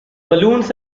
balloons